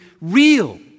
real